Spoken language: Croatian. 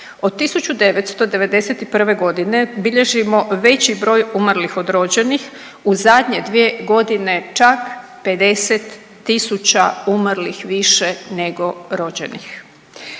Od 1991. g. bilježimo veći broj umrlih od rođenih, u zadnje 2 godine čak 50 tisuća umrlih više nego rođenih.